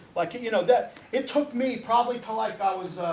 like you you know that it took me probably tell. i thought was